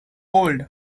world